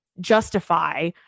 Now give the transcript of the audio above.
justify